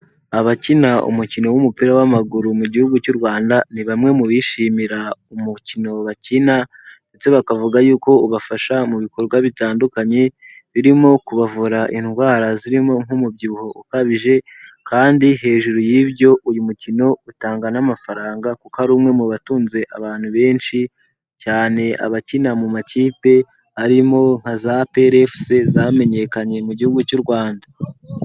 Abakina umukino w'umupira w'amaguru mu gihugu cy'u Rwanda ni bamwe mu bishimira umukino bakina ndetse bakavuga yuko ubafasha mu bikorwa bitandukanye birimo kubavura indwara zirimo nk'umubyibuho ukabije kandi hejuru y'ibyo uyu mukino utanga n'amafaranga kuko ari umwe mu batunze abantu benshi cyane abakina mu makipe arimo nka za APR FC zamenyekanye mu gihugu cy'u Rwanda.